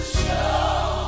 show